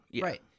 Right